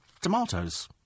tomatoes